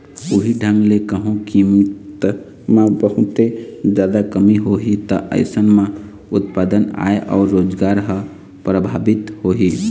उहीं ढंग ले कहूँ कीमत म बहुते जादा कमी होही ता अइसन म उत्पादन, आय अउ रोजगार ह परभाबित होही